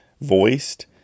voiced